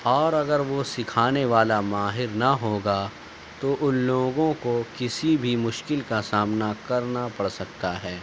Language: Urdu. اور اگر وہ سکھانے والا ماہر نہ ہوگا تو ان لوگوں کو کسی بھی مشکل کا سامنا کرنا پڑ سکتا ہے